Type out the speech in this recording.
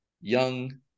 young